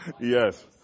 Yes